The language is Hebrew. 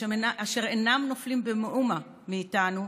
אשר אינם נופלים במאומה מאיתנו,